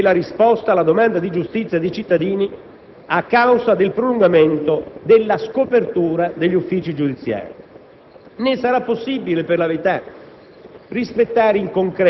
comprometteranno ulteriormente la qualità della risposta alla domanda di giustizia dei cittadini a causa del prolungamento della scopertura degli uffici giudiziari.